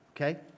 Okay